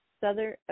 Southern